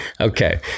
okay